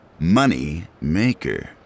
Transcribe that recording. Moneymaker